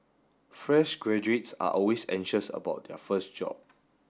fresh graduates are always anxious about their first job